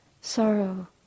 sorrow